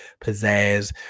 pizzazz